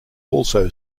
also